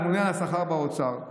הממונה על השכר באוצר,